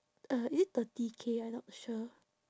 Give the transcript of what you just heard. uh is it thirty K I not sure